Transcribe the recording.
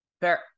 Fair